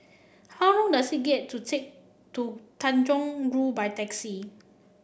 how long does it get to take to Tanjong Rhu by taxi